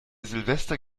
silvester